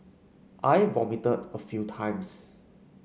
I vomited a few times